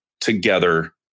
together